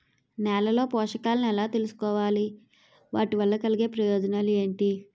నేలలో పోషకాలను ఎలా తెలుసుకోవాలి? వాటి వల్ల కలిగే ప్రయోజనాలు ఏంటి?